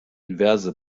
inverse